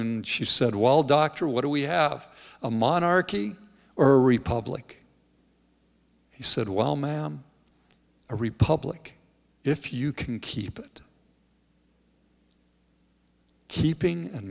e she said well dr what do we have a monarchy or a republic he said well ma'am a republic if you can keep it keeping and